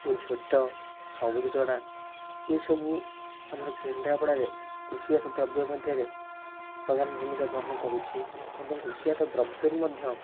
ଓ ଝୋଟ ସବୁଜ ଚଣା ଏ ସବୁ ଆମର କେନ୍ଦ୍ରାପଡ଼ାରେ କୃଷିଜାତ ଦ୍ରବ୍ୟ ମଧ୍ୟରେ ପ୍ରଧାନ ଭୂମିକା ଗ୍ରହଣ କରୁଛି ଏବଂ କୃଷିଜାତ ଦ୍ରବ୍ୟରେ ମଧ୍ୟ